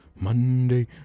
monday